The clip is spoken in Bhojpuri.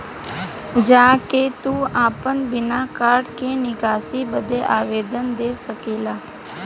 जा के तू आपन बिना कार्ड के निकासी बदे आवेदन दे सकेला